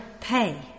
pay